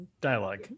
dialogue